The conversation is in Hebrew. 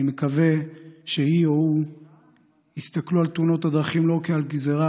אני מקווה שהיא או הוא יסתכלו על תאונות הדרכים לא כעל גזרה,